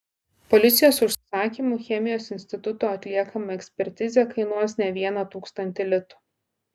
policijos užsakymu chemijos instituto atliekama ekspertizė kainuos ne vieną tūkstantį litų